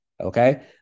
Okay